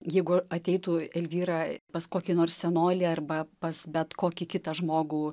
jeigu ateitų elvyra pas kokį nors senolį arba pas bet kokį kitą žmogų